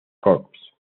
corps